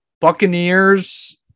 Buccaneers